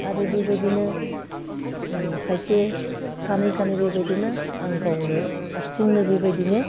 आरो बेबायदिनो खायसे सानै सानै बेबायदिनो आं गावनो हारसिंनो बेबायदिनो